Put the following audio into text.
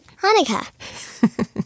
Hanukkah